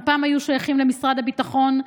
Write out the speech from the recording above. הם היו שייכים פעם למשרד הביטחון.